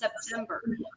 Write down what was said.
September